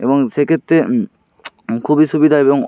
এবং সেক্ষেত্রে খুবই সুবিধা এবং